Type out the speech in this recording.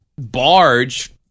barge